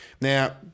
Now